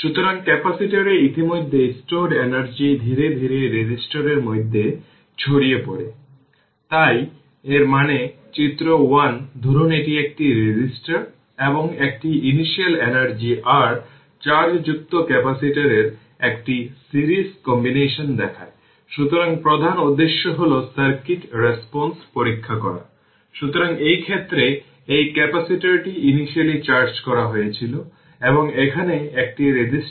সুতরাং এর মানে ইকুয়েশন 13 বলতে পারে যে একটি সার্কিটের টাইম কনস্ট্যান্ট হল ডিকে রেসপন্স এর জন্য প্রয়োজনীয় সময় তার ইনিশিয়াল ভ্যালু এর 368 শতাংশ